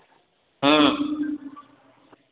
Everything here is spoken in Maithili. हम्म